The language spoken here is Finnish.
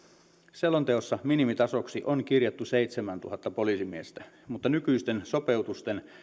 selonteossa minimitasoksi on kirjattu seitsemäntuhatta poliisimiestä mutta nykyisten sopeutusten